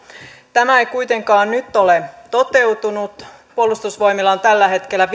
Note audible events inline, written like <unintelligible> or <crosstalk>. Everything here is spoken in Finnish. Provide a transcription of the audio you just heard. tämä ei kuitenkaan nyt ole toteutunut puolustusvoimilla on tällä hetkellä <unintelligible>